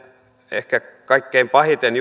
ehkä kaikkein pahimpien